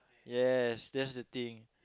yes that's the thing